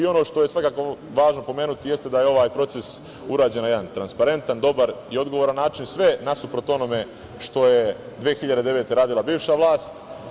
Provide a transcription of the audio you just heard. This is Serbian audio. Ono što je svakako važno pomenuti jeste da je ovaj proces urađen na jedan transparentan, dobar i odgovoran način, sve nasuprot onome što je 2009. godine radila bivša vlast.